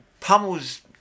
pummels